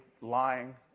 lying